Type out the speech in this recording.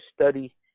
study